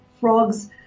frogs